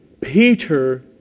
Peter